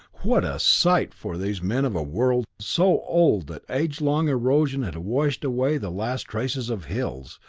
what a sight for these men of a world so old that age long erosion had washed away the last traces of hills,